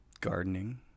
gardening